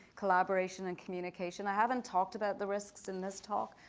collaboration, and communication. i haven't talked about the risks in this talk.